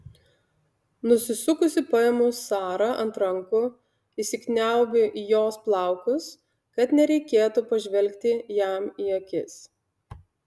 nusisukusi paimu sarą ant rankų įsikniaubiu į jos plaukus kad nereikėtų pažvelgti jam į akis